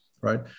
Right